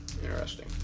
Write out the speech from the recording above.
Interesting